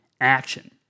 action